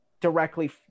directly